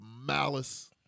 malice